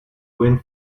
wind